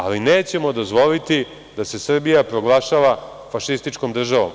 Ali, nećemo dozvoliti da se Srbija proglašava fašističkom državom.